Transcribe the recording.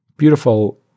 Beautiful